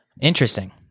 Interesting